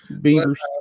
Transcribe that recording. Beavers